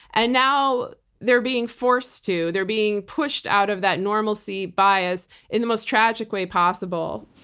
and now they're being forced to. they're being pushed out of that normalcy bias in the most tragic way possible.